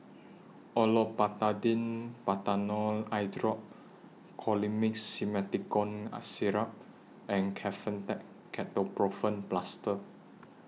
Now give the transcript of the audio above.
Olopatadine Patanol Eyedrop Colimix Simethicone Syrup and Kefentech Ketoprofen Plaster